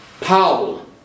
Powell